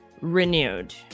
renewed